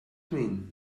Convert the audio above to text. mean